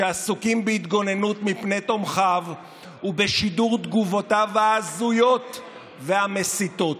שעסוקים בהתגוננות מפני תומכיו ובשידור תגובותיו ההזויות והמסיתות.